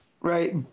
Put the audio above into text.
Right